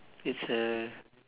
it's a